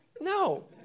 no